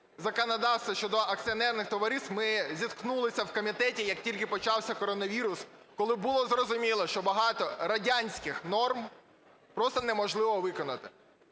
законодавства щодо акціонерних товариств, ми зіткнулися в комітеті, як тільки почався коронавірус, коли було зрозуміло, що багато радянських норм просто неможливо виконати.